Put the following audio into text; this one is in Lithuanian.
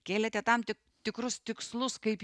kėlėte tam tik tikrus tikslus kaip